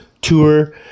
tour